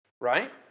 right